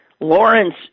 Lawrence